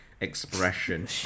Expression